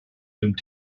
nimmt